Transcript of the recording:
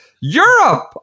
Europe